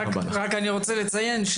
אני רוצה לציין,